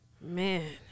Man